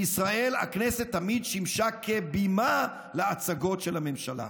הכנסת תמיד שימשה כבימה להצגות של הממשלה,